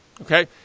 okay